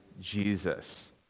Jesus